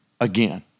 again